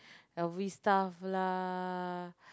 L_V stuff lah